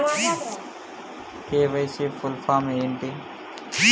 KYC full form ఏంటి?